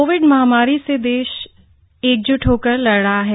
Covid महामारी से देश एकज्ट होकर लड़ रहा है